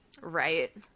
Right